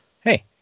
Hey